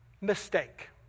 Mistake